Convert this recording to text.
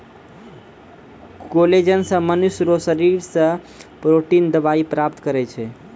collagen से मनुष्य रो शरीर से प्रोटिन दवाई प्राप्त करै छै